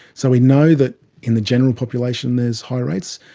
so we know that in the general population there's high rates,